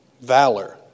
Valor